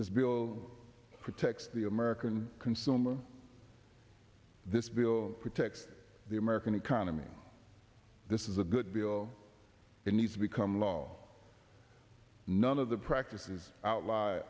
this bill protects the american consumer this bill protect the american economy this is a good bill it needs to become law none of the practices outl